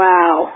Wow